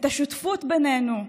את השותפות בינינו,